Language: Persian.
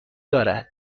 دارد